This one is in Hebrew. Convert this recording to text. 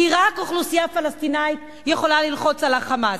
כי רק אוכלוסייה פלסטינית יכולה ללחוץ על ה"חמאס".